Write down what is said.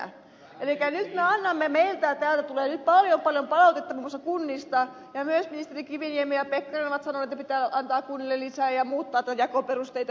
elikkä nyt me annamme palautetta nyt tulee paljon paljon palautetta muun muassa kunnista ja myös ministerit kiviniemi ja pekkarinen ovat sanoneet että pitää antaa kunnille lisää ja muuttaa jakoperusteita ynnä muuta